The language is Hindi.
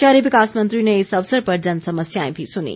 शहरी विकास मंत्री ने इस अवसर पर जनसमस्याएं भी सुनीं